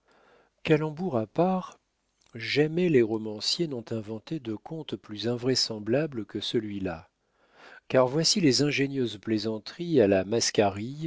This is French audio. calembour à part jamais les romanciers n'ont inventé de conte plus invraisemblable que celui-là car voici les ingénieuses plaisanteries à la